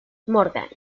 morgan